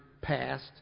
passed